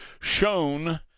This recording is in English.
shown